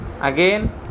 Again